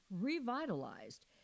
revitalized